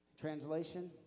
Translation